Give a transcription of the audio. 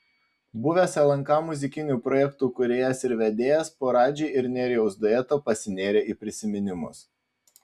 buvęs lnk muzikinių projektų kūrėjas ir vedėjas po radži ir nerijaus dueto pasinėrė į prisiminimus